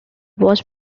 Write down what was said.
was